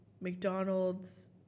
McDonald's